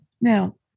Now